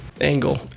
angle